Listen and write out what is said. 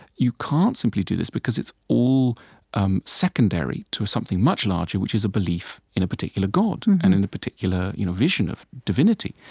you can't simply do this because it's all um secondary to something much larger, which is a belief in a particular god and in a particular you know vision of divinity.